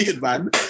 man